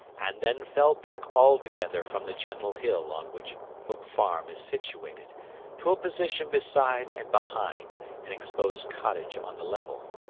and then fell back altogether from the gentle hill on which hook farm is situated to a position beside and behind an exposed cottage on the level.